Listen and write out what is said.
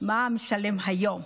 ומה הוא משלם היום.